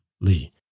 Lee